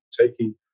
taking